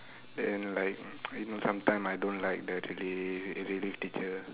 then like you know sometimes I don't like the relief relief teacher